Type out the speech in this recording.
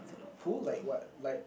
pool like what like